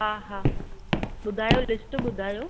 हा हा ॿुधायो लिस्ट ॿुधायो